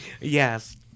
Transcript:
Yes